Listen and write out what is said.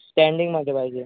स्टँडिंगमध्ये पाहिजे